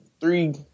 three